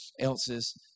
else's